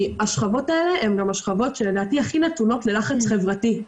כי השכבות האלה הן השכבות שהכי נתונות ללחץ חברתי.